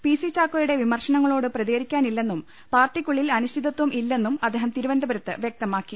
P C ചാക്കോയുടെ വിമർശനങ്ങളോട് പ്രതിക രിക്കാനില്ലെന്നും പാർട്ടിക്കുള്ളിൽ അനിശ്ചിതത്വം ഇല്ലെന്നും അദ്ദേഹം തിരുവനന്തപുരത്ത് വ്യക്തമാക്കി